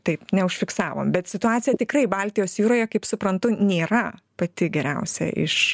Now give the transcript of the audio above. taip neužfiksavom bet situacija tikrai baltijos jūroje kaip suprantu nėra pati geriausia iš